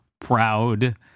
proud